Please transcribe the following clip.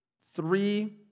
Three